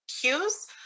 cues